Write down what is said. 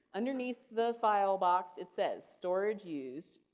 underneath the file box, it says storage used,